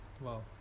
Wow